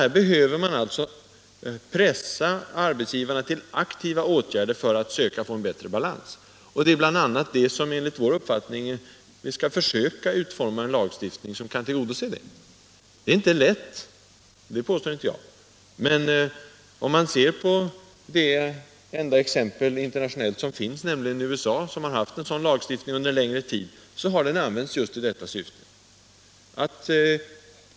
Här behöver man pressa arbetsgivaren till aktiva åtgärder för att få en bättre balans. Enligt vår uppfattning bör vi försöka utforma en lag Nr 43 som bl.a. kan tillgodose detta. Jag påstår inte att det är lätt, men om Fredagen den man ser på det enda internationella exempel som vi har, nämligen USA 10 december 1976 som haft en sådan lagstiftning under en längre tid, finner man at den CL har använts i just detta syfte.